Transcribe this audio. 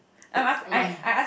my